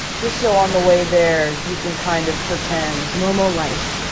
just so on the way there, you can kind of pretend, normal life.